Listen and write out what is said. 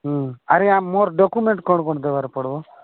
ହୁଁ ଆରେ ଆମର ମୋର ଡକୁମେଣ୍ଟ୍ କ'ଣ କ'ଣ ଦେବାର ପଡ଼ିବ